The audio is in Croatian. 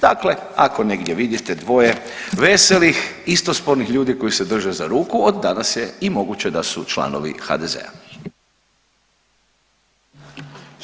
Dakle, ako negdje vidite dvoje veselih istospolnih ljudi koji se drže za ruku od danas je i moguće da su članovi HDZ-a.